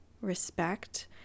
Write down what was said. respect